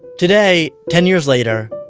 today, ten years later,